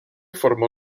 formó